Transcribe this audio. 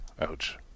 Ouch